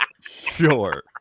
sure